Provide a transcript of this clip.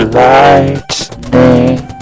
lightning